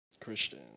Christian